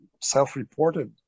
self-reported